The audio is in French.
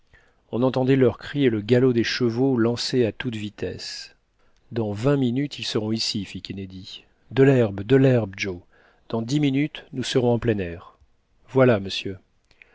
on entendait leurs cris et le galop des chevaux lancés à toute vitesse dans vingt minutes ils seront ici fit kennedy de l'herbe de l'herbe joe dans dix minutes nous serons en plein air voilà monsieur